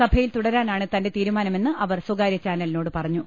സഭയിൽ തുടരാനാണ് തന്റെ തീരുമാനമെന്ന് അവർ സ്വകാര്യ ചാനലിനോട് പറഞ്ഞു